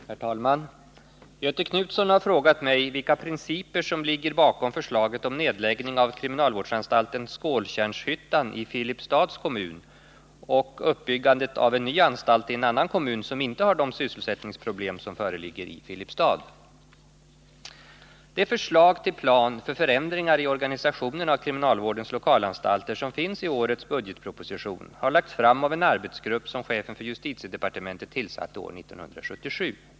Herr talman! Göthe Knutson har frågat mig vilka principer som ligger bakom förslaget om nedläggning av kriminalvårdsanstalten Skåltjärnshyttan i Filipstads kommun och uppbyggandet av en ny anstalt i en annan kommun, som inte har de sysselsättningsproblem som föreligger i Filipstad. Det förslag till plan för förändringar i organisationen av kriminalvårdens lokalanstalter som finns i årets budgetproposition har lagts fram av en arbetsgrupp som chefen för justitiedepartementet tillsatte år 1977.